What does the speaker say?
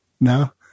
No